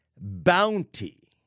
bounty